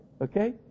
Okay